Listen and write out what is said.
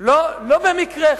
לא במקרה,